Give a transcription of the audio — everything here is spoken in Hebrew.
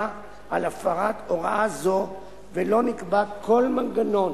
על הפרת הוראה זו ולא נקבע כל מנגנון